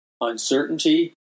uncertainty